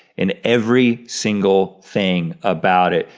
and every single thing about it,